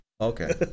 Okay